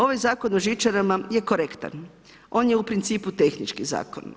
Ovaj Zakon o žičarama je korektan, on je u principu tehnički zakon.